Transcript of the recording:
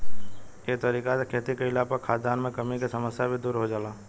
ए तरीका से खेती कईला पर खाद्यान मे कमी के समस्या भी दुर हो जाला